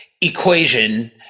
equation